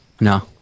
No